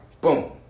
Boom